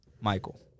Michael